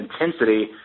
intensity